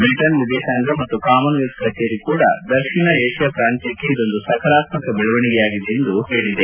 ಬ್ರಿಟನ್ನ ವಿದೇಶಾಂಗ ಮತ್ತು ಕಾಮನ್ ವೆಲ್ತ್ ಕಚೇರಿ ಕೂದ ದಕ್ಷಿಣ ಏಷ್ಯಾ ಪ್ರಾಂತ್ಯಕ್ಕೆ ಇದೊಂದು ಸಕಾರಾತ್ಮಕ ಬೆಳವಣಿಗೆಯಾಗಿದೆ ಎಂದು ಹೇಳಿದೆ